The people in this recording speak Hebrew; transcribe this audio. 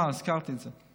מה, הזכרתי את זה.